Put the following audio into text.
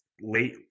Late